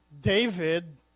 David